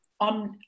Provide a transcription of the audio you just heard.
on